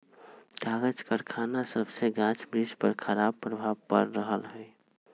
कागज करखना सभसे गाछ वृक्ष पर खराप प्रभाव पड़ रहल हइ